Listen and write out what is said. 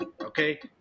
Okay